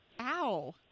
Ow